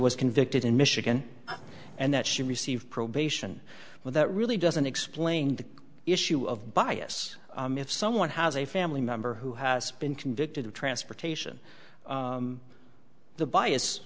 was convicted in michigan and that she received probation but that really doesn't explain the issue of bias if someone has a family member who has been convicted of transportation the bias